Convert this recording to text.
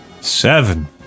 Seven